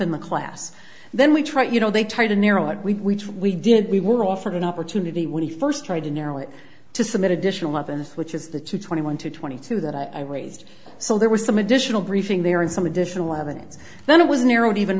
in the class then we try to you know they try to narrow it we we did we were offered an opportunity when he first tried to narrow it to submit additional weapons which is the two twenty one to twenty two that i raised so there was some additional briefing there and some additional evidence then it was narrowed even